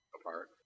apart